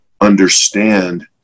understand